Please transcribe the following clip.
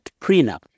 prenup